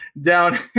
down